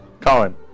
Colin